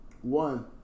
One